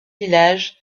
village